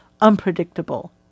unpredictable